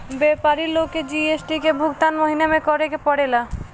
व्यापारी लोग के जी.एस.टी के भुगतान महीना में करे के पड़ेला